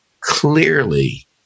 clearly